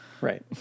Right